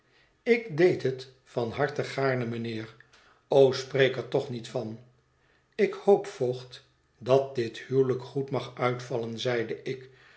ik deed het van harte gaarne mijnheer o spreek er toch niet van ik hoop voogd dat dit huwelijk goed mag uitvallen zeide ik